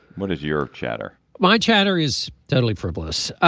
what is your chatter my chatter is totally frivolous